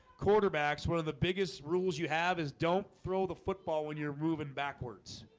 quarterbacks, one of the biggest rules you have is don't throw the football when you're moving backwards